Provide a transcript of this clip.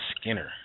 skinner